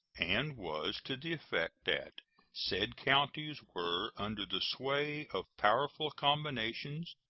and was to the effect that said counties were under the sway of powerful combinations,